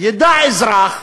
ידע אזרח,